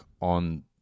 on